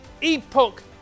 Epoch